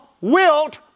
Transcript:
wilt